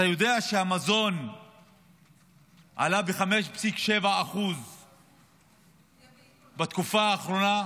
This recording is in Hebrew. אתה יודע שהמזון עלה ב-5.7% בתקופה האחרונה,